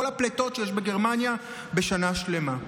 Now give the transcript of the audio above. כל הפליטות שיש בגרמניה בשנה שלמה.